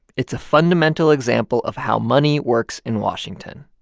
it's a fundamental example of how money works in washington.